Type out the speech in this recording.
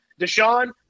Deshaun